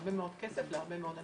הרבה מאוד כסף להרבה מאוד אנשים.